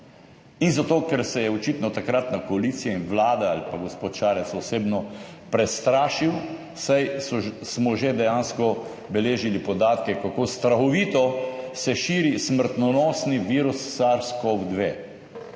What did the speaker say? in zato ker se je očitno takratna koalicija in vlada ali pa gospod Šarec osebno prestrašil, saj smo že dejansko beležili podatke, kako strahovito se širi smrtonosni virus SARS-CoV-2.